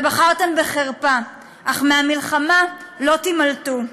ובחרתם בחרפה, אך מהמלחמה לא תימלטו.